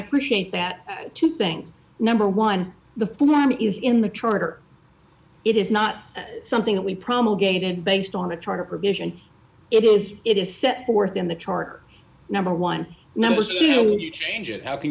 appreciate that two things number one the form is in the charter it is not something that we promulgated based on the charter provision it is it is set forth in the charter number one number so you know when you change it how can